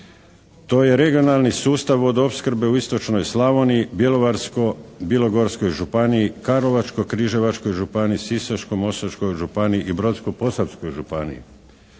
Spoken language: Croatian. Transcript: to je regionalni sustav vodoopskrbe u istočnoj Slavoniji, Bjelovarsko-bilogorskoj županiji, Karlovačko-križevačkoj županiji, Sisačko-moslavačkoj županiji i Brodsko-posavskoj županiji.